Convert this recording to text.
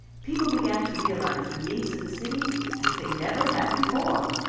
people began to realize the needs of the city as they never had before.